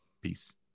Peace